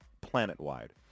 planet-wide